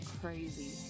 crazy